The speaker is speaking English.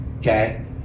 Okay